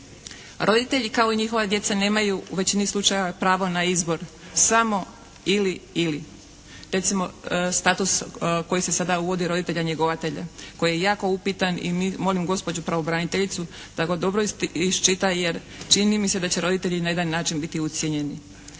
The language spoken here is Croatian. Roditelji kao i njihova djeca nemaju u većini slučajeva pravo na izbor samo ili, ili. Recimo status koji se sada uvodi roditelja njegovatelja koji je jako upitan i molim gospođu pravobraniteljicu da ga dobro iščita, jer čini mi se da će roditelji na jedan način biti ucijenjeni.